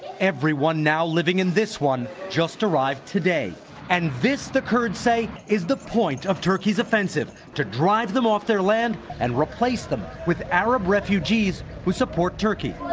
everyone now living in this one just arrived today and this the kurds say is the point of turkey's offensive to drive them off their land and replace them with arab refugees who support turkey.